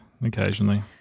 occasionally